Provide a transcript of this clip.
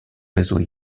réseau